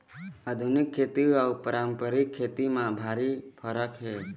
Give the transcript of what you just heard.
आधुनिक खेती अउ पारंपरिक खेती म भारी फरक हे